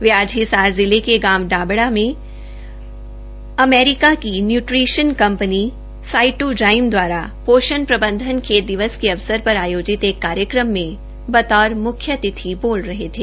वे आज हिसार जिले के गांव डाबड़ा में अमेरिका की न्य्ट्रिशन कं नी साइटोजाइम द्वारा आयोजित ोषण प्रबंधन खेत दिवस के अवसर र आयोजित एक कार्यक्रम में बतौर मुख्यातिथि बोल रहे थे